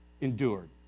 Endured